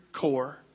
core